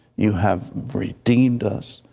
you have redeemed us.